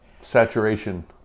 Saturation